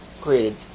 created